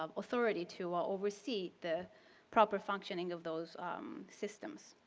um authority to oversee the proper functioning of those systems.